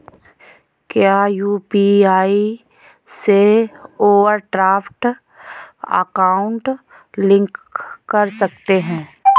क्या यू.पी.आई से overdraft account link कर सकते हैं?